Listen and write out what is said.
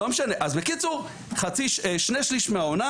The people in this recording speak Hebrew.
בקיצור, שני שליש מהעונה